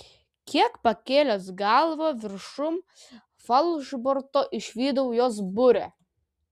kiek pakėlęs galvą viršum falšborto išvydau jos burę